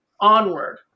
onward